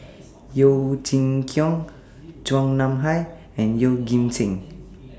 Yeo Chee Kiong Chua Nam Hai and Yeoh Ghim Seng